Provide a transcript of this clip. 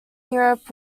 europe